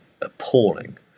appalling